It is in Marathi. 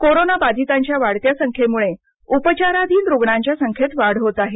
कोरोनाबाधिताच्या वाढत्या संख्येमुळे उपचाराधीन रुग्णांच्या संख्येत वाढ होत आहे